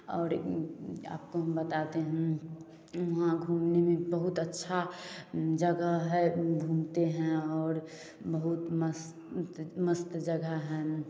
और आपको हम बताते वहाँ घूमने में बहुत अच्छा जगह है घूमते हैं बहुत मस्त मस्त जगह है